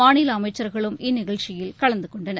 மாநில அமைச்சர்களும் இந்நிகழ்ச்சியில் கலந்து கொண்டனர்